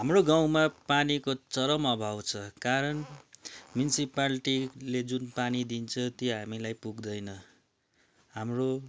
हाम्रो गाउँमा पानीको चरम अभाव छ कारण मिन्सिपाल्टीले जुन पानी दिन्छ त्यो हामीलाई पुग्दैन हाम्रो